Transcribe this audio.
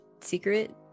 secret